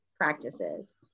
practices